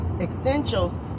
essentials